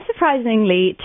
unsurprisingly